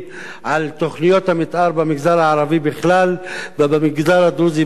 תוכניות המיתאר במגזר הערבי בכלל ובמגזר הדרוזי בפרט,